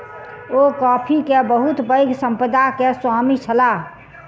ओ coffee के बहुत पैघ संपदा के स्वामी छलाह